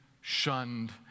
shunned